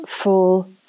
full